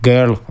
Girl